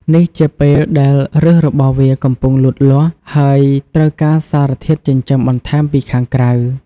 នេះជាពេលដែលឫសរបស់វាកំពុងលូតលាស់ ហើយត្រូវការសារធាតុចិញ្ចឹមបន្ថែមពីខាងក្រៅ។